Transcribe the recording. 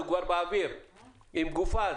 הוא כבר באוויר עם גופה.